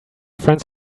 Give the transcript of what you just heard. friends